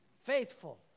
Faithful